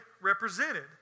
represented